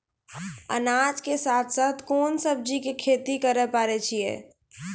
अनाज के साथ साथ कोंन सब्जी के खेती करे पारे छियै?